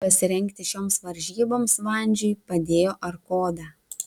pasirengti šioms varžyboms vandžiui padėjo arkoda